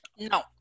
no